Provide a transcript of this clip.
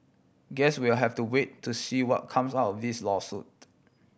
guess we'll have to wait to see what comes out this lawsuit